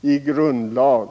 i en ny grundlag.